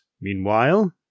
Meanwhile